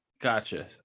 Gotcha